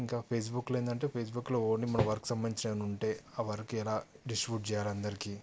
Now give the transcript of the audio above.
ఇంకా ఫేస్బుక్లో ఏమిటి అంటే ఫేస్బుక్లో ఓన్లీ మా వర్క్ సంబంధించినవి ఏవైనా ఉంటే ఆ వర్క్ ఎలా డిస్ట్రిబ్యూట్ చేయాలి అందరికి